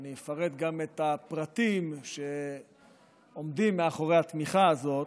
ואני אפרט גם את הפרטים שעומדים מאחורי התמיכה הזאת,